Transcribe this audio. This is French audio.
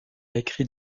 écrit